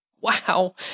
wow